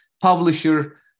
publisher